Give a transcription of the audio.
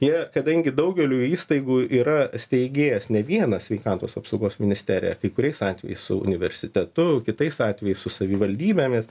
jie kadangi daugeliui įstaigų yra steigėjas ne vienas sveikatos apsaugos ministerija kai kuriais atvejais su universitetu kitais atvejais su savivaldybėmis